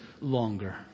longer